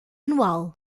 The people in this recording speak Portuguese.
anual